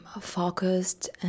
focused